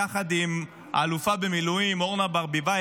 יחד עם האלופה במילואים אורנה ברביבאי,